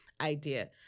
idea